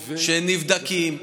שנבדקים,